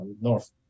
North